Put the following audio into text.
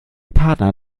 partner